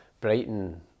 Brighton